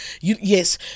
yes